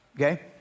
okay